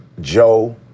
Joe